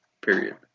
period